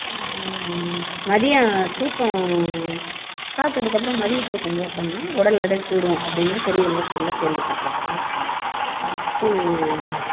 மதியம் தூக்கம் சாப்பிட்டத்துக்கு அப்புறம் மதிய தூக்கம் போட்டோம்னால் உடல் எடைக் கூடும் அப்படினு பெரியவங்க சொல்ல கேள்விப்பட்டிருக்கோம் அடுத்து